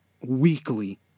weekly